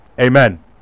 Amen